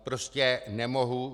Prostě nemohu.